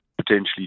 potentially